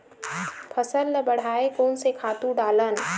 फसल ल बढ़ाय कोन से खातु डालन?